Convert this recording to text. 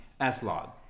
S-Log